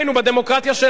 בדמוקרטיה שלנו,